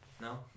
No